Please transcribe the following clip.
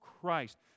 Christ